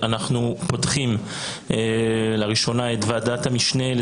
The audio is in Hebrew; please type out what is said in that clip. אני מתכבד לפתוח לראשונה את ישיבת ועדת המשנה של ועדת החוקה,